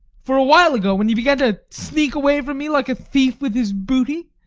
for a while ago, when you began to sneak away from me like a thief with his booty,